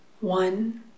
One